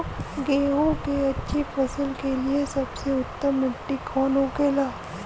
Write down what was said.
गेहूँ की अच्छी फसल के लिए सबसे उत्तम मिट्टी कौन होखे ला?